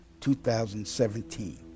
2017